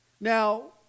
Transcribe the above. Now